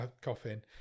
coffin